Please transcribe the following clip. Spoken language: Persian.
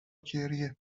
گریه